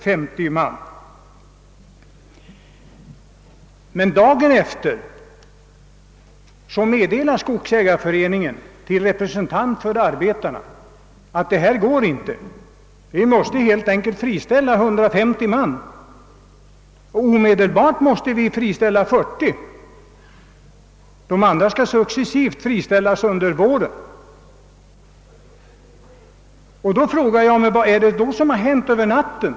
Men redan följande dag sade skogsägareföreningens talesman till arbetarnas representant: Detta går inte; vi måste friställa 150 man, 40 omedelbart och de andra successivt under våren. Vad var det då som hände över natten?